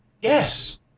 Yes